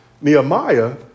Nehemiah